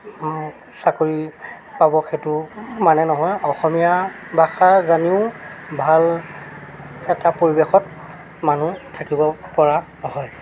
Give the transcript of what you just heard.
চাকৰি পাব সেইটোও মানে নহয় অসমীয়া ভাষা জানিও ভাল এটা পৰিৱেশত মানুহ থাকিব পৰা হয়